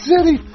City